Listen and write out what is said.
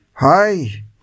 Hi